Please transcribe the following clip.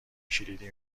کلیدی